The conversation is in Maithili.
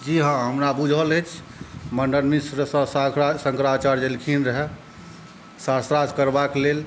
जी हाँ हमरा बुझल अछि मण्डन मिश्रसँ शास्त्रार्थ शंकराचार्य अएलखिन रहै शास्त्रार्थ करबाके लेल